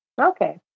Okay